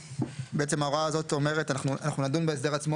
בעצם ההוראה הזאת אומרת אנחנו נדון בהסדר עצמו